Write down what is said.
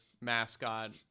mascot